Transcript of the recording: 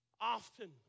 Often